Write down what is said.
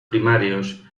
primarios